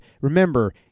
remember